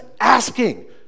asking